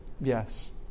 yes